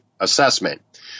assessment